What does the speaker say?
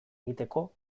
egiteko